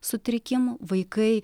sutrikimų vaikai